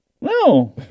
No